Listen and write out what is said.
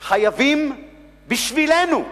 חייבים, בשבילנו,